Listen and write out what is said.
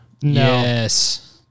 Yes